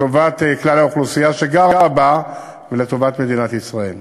לטובת כלל האוכלוסייה שגרה בה ולטובת מדינת ישראל.